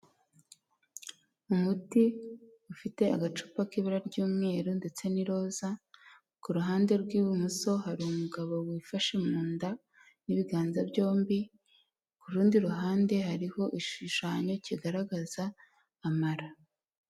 Umuti ufite agacupa k'ibara ry'umweru ndetse n'iroza, ku ruhande rw'ibumoso hari umugabo wifashe mu nda n'ibiganza byombi, ku rundi ruhande hariho igishushanyo kigaragaza amara.